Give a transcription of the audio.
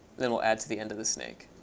then we'll add to the end of the snake.